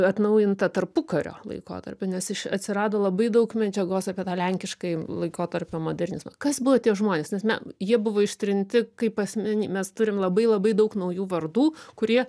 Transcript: atnaujintą tarpukario laikotarpiu nes iš atsirado labai daug medžiagos apie tą lenkiškąjį laikotarpio modernizmą kas buvo tie žmonės nes na jie buvo ištrinti kaip asmeni mes turim labai labai daug naujų vardų kurie